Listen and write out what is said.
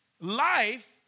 Life